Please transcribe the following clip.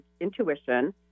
intuition